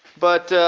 but ah,